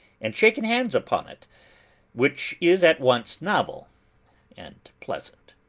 and shaken hands upon it which is at once novel and pleasant.